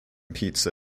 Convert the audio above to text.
pizza